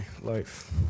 life